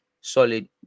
solid